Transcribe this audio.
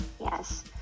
Yes